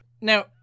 Now